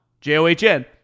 J-O-H-N